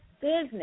business